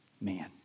man